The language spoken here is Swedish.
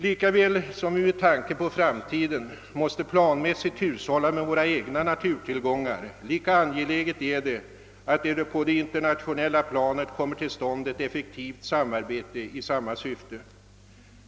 Lika väl som vi med tanke på framtiden måste planmässigt hushålla med våra egna naturtillgångar, lika angeläget är det att det även på det internationella planet kommer till stånd ett effektivt samarbete i samma syfte.